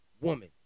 woman